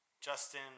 Justin